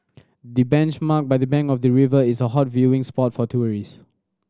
the benchmark by the bank of the river is a hot viewing spot for tourist